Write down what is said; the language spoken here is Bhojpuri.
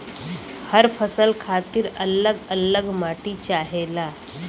हर फसल खातिर अल्लग अल्लग माटी चाहेला